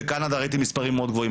בקנדה יש מספרים מאוד גבוהים,